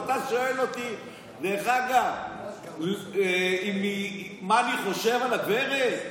ואתה שואל אותי מה אני חושב על הגברת?